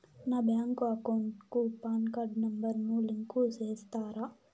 నా bank account కు PAN card number ను లింకు సేస్తారా?